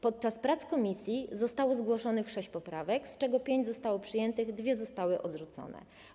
Podczas prac komisji zostało zgłoszonych sześć poprawek, z czego pięć zostało przyjętych, dwie zostały odrzucone.